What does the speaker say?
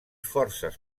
forces